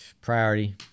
Priority